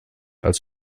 als